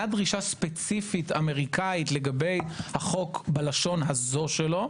ספציפית אמריקאית לגבי החוק בלשון הזו שלו,